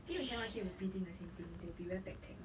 I think we cannot keep repeating the same thing they will be very pekcek